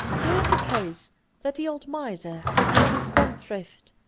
do we suppose that the old miser, the young spendthrift,